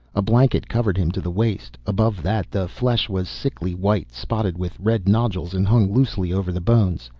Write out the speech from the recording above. a blanket covered him to the waist, above that the flesh was sickly white, spotted with red nodules, and hung loosely over the bones.